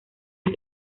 las